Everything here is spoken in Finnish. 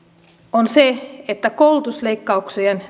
on se että koulutusleikkauksiin